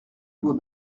voix